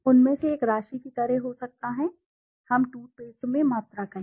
उनमें से एक राशि की तरह हो सकता है हम टूथपेस्ट में मात्रा कहें